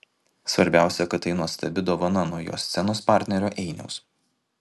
svarbiausia kad tai nuostabi dovana nuo jo scenos partnerio einiaus